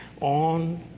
on